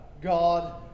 God